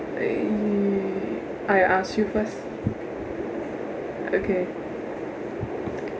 eh I ask you first okay